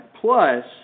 Plus